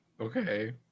okay